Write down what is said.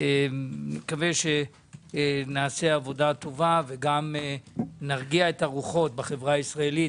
אני מקווה שנעשה עבודה טובה וגם נרגיע את הרוחות בחברה הישראלית.